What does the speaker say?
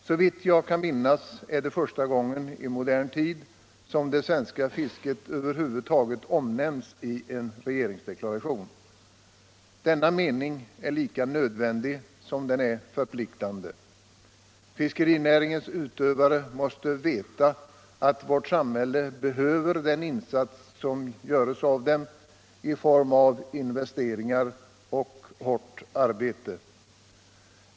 Såvitt jag kan minnas är det första gången i modern tid som det svenska fisket över huvud taget omnämns 1i en regeringsdeklaration. Denna mening är lika nödvändig som den är förpliktande. Fiskerinäringens utövare måste veta att vårt samhälle behöver den insats som görs av dem i form av investeringar och hårt arbete.